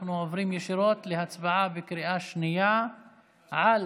אנחנו עוברים ישירות להצבעה בקריאה שנייה על